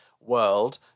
world